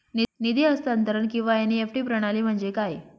निधी हस्तांतरण किंवा एन.ई.एफ.टी प्रणाली म्हणजे काय?